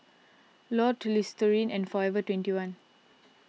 Lotte Listerine and forever twenty one